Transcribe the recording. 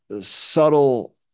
subtle